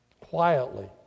Quietly